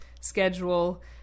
schedule